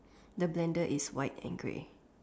the blender is white and grey